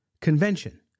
convention